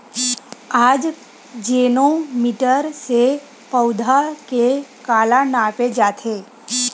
आकजेनो मीटर से पौधा के काला नापे जाथे?